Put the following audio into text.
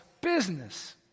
business